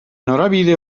norabide